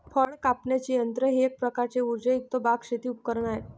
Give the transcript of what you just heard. फळ कापण्याचे यंत्र हे एक प्रकारचे उर्जायुक्त बाग, शेती उपकरणे आहे